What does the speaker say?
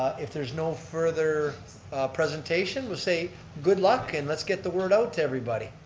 if there's no further presentation we'll say good luck, and let's get the word out to everybody.